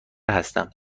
هستم